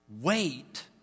Wait